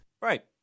Right